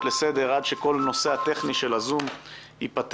לסדר עד שכל הנושא הטכני של הזום ייפתר.